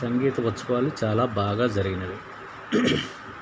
సంగీత ఉత్సవాలు చాలా బాగా జరిగాయి